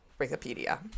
wikipedia